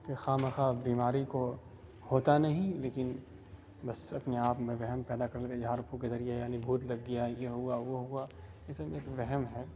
کہ خواہ مخواہ بیماری کو ہوتا نہیں لیکن بس اپنے آپ میں وہم پیدا کر لے کے جھار پھوک کے ذریعہ یعنی بھوت لگ گیا یہ ہوا وہ ہوا یہ سب ایک وہم ہے